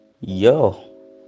Yo